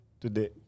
today